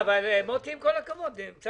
עם כל הכבוד למוטי בבצ'יק,